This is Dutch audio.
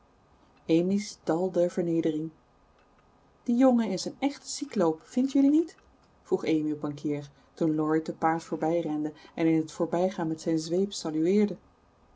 amy's dal der vernedering die jongen is een echte cycloop vindt jullie niet vroeg amy op een keer toen laurie te paard voorbij rende en in het voorbijgaan met zijn zweep salueerde